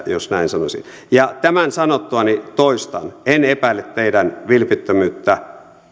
jos näin sanoisin tämän sanottuani toistan en epäile teidän vilpittömyyttänne